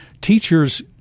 teachers